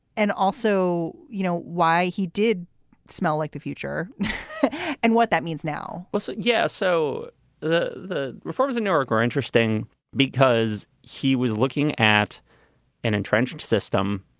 and also, you know why he did smell like the future and what that means now well, so yes. so the the reformers in newark are interesting because he was looking at an entrenched system,